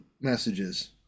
messages